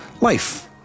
Life